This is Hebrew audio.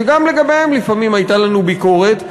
שגם לגביהם לפעמים הייתה לנו ביקורת,